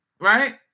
right